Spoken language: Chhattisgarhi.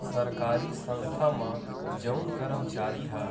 सरकारी संस्था म जउन करमचारी ह